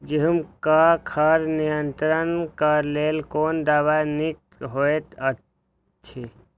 गेहूँ क खर नियंत्रण क लेल कोन दवा निक होयत अछि?